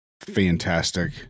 fantastic